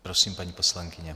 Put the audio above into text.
Prosím, paní poslankyně.